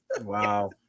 Wow